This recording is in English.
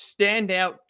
standout